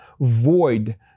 void